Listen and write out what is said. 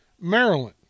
Maryland